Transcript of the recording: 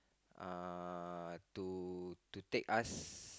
uh to to take us